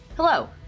Hello